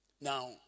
Now